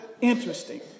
interesting